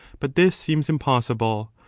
but this seems impossible.